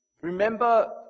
remember